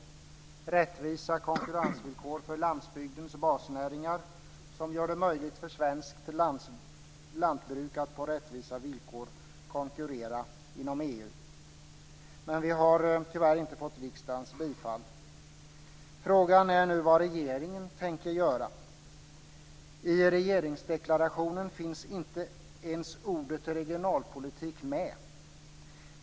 Det handlar om rättvisa konkurrensvillkor för landsbygdens basnäringar, som gör det möjligt för svenskt lantbruk att på rättvisa villkor konkurrera inom EU. Men vi har tyvärr inte fått riksdagens bifall. Frågan är nu vad regeringen tänker göra. I regeringsdeklarationen finns ordet regionalpolitik inte ens med.